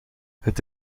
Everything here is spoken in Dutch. het